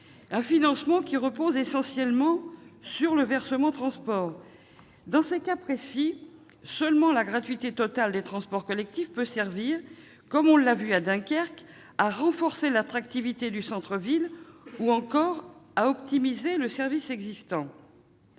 un financement qui repose essentiellement sur le versement transport. Dans ces cas très précis, seule la gratuité totale des transports collectifs peut servir, comme on l'a vu à Dunkerque, à renforcer l'attractivité du centre-ville ou encore à optimiser le service existant.